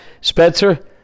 Spencer